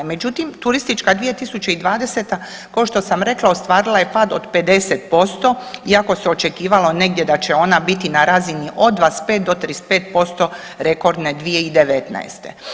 Međutim, turistička 2020. ko što sam rekla ostvarila je pad od 50% iako se očekivalo negdje da će ona biti na razini od 25 do 35% rekordne 2019.